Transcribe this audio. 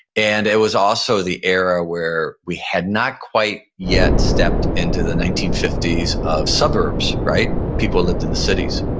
and it was also the era where we had not quite yet stepped into the nineteen fifty s of suburbs. people people lived in the cities.